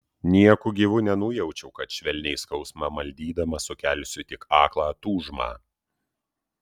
nieku gyvu nenujaučiau kad švelniai skausmą maldydama sukelsiu tik aklą tūžmą